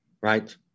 Right